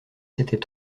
s’étaient